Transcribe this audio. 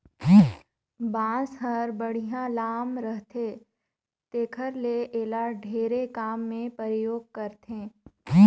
बांस हर बड़िहा लाम रहथे तेखर ले एला ढेरे काम मे परयोग करथे